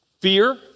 Fear